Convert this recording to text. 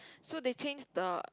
so they change the